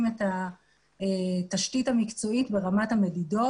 את התשתית המקצועית ברמת המדידות.